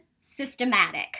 systematic